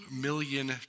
million